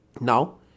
Now